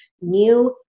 new